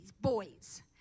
boys